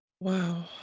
Wow